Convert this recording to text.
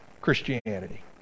christianity